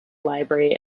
library